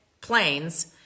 planes